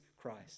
Christ